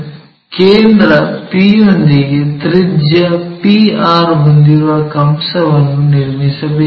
ಈಗ ಕೇಂದ್ರ p ಯೊಂದಿಗೆ ತ್ರಿಜ್ಯ pr ಹೊಂದಿರುವ ಕಂಸವನ್ನು ನಿರ್ಮಿಸಬೇಕು